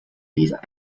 dieser